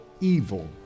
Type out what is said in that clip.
evil